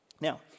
Now